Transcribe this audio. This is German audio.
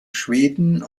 schweden